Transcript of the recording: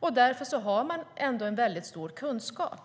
Man har alltså väldigt stor kunskap.